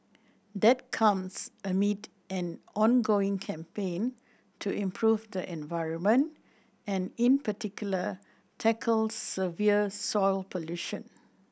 that comes amid an ongoing campaign to improve the environment and in particular tackle severe soil pollution